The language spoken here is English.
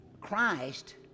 Christ